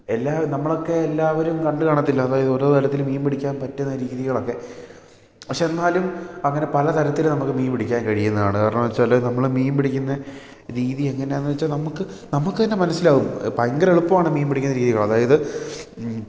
എല്ലാവും നമ്മൾ ഒക്കെ എല്ലാവരും കണ്ട് കാണത്തില്ല അതായത് ഓരോ തരത്തിലും മീൻ പിടിക്കാൻ പറ്റുന്ന രീതികളൊക്കെ പക്ഷേ എന്നാലും അങ്ങനെ പലതരത്തിൽ നമുക്ക് മീൻ പിടിക്കാൻ കഴിയുന്നതാണ് കാരണം എന്ന് വെച്ചാൽ നമ്മൾ മീൻ പിടിക്കുന്ന രീതി എങ്ങനേന്ന് വെച്ചാൽ നമുക്ക് നമുക്ക് തന്നെ മനസ്സിലാവും ഭയങ്കര എളുപ്പമാണ് മീൻ പിടിക്കുന്ന രീതികൾ അതായത്